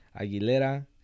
Aguilera